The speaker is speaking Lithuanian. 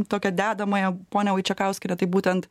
tokią dedamąją ponia vaičekauskiene tai būtent